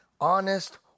honest